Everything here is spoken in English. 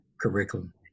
curriculum